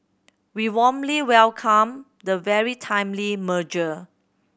we warmly welcome the very timely merger